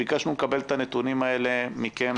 ביקשנו לקבל את הנתונים הללו מכם